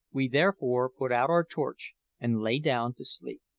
we therefore put out our torch and lay down to sleep.